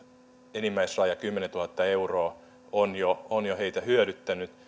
enimmäisraja kymmenentuhatta euroa on jo on jo heitä hyödyttänyt